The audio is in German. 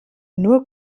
nur